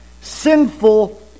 sinful